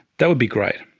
that would be great.